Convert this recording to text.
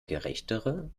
gerechtere